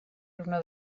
una